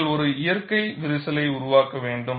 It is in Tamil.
நீங்கள் ஒரு இயற்கை விரிசலை உருவாக்க வேண்டும்